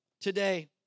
today